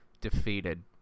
defeated